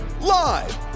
live